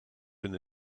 been